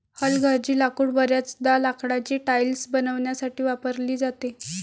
हलगर्जी लाकूड बर्याचदा लाकडाची टाइल्स बनवण्यासाठी वापरली जाते